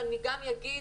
ואני אגיד,